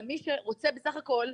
אבל מי שרוצה בסך הכל,